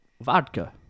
vodka